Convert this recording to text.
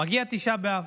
מגיע תשעה באב,